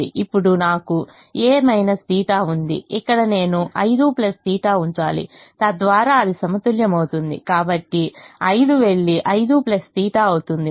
ఇప్పుడు నాకు a θ ఉంది ఇక్కడ నేను 5 θ ఉంచాలి తద్వారా అది సమతుల్యమవుతుంది కాబట్టి 5 వెళ్లి 5 θ అవుతుంది